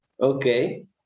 Okay